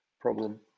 problem